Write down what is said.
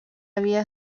havia